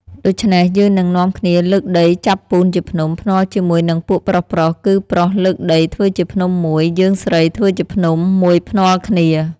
ដូចេ្នះយើងនឹងនាំគ្នាលើកដីចាក់ពូនជាភ្នំ ភ្នាល់ជាមួយនិងពួកប្រុសៗ គឺប្រុសលើកដីធ្វើជាភ្នំមួយ យើងស្រីធ្វើជាភ្នំ មួយភ្នាល់គ្នា។